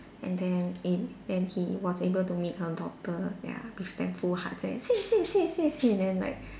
and then eh then he was able to meet her daughter ya with thankful heart and 谢谢谢谢谢 then like